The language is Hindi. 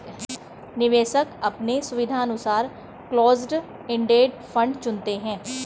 निवेशक अपने सुविधानुसार क्लोस्ड इंडेड फंड चुनते है